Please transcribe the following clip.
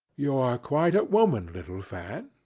you are quite a woman, little fan!